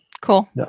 Cool